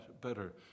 better